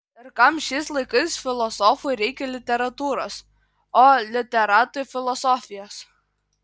ir kam šiais laikais filosofui reikia literatūros o literatui filosofijos